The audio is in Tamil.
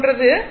இது π